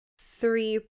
Three